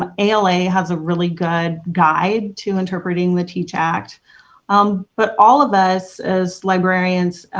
ah ala has a really good guide to interpreting the teach act um but all of us as librarians